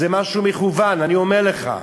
זה משהו מכוון, אני אומר לך.